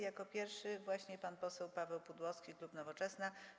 Jako pierwszy - właśnie pan poseł Paweł Pudłowski, klub Nowoczesna.